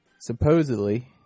supposedly